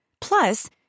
Plus